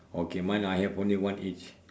okay mine I have only one each